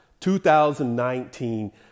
2019